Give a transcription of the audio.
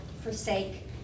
forsake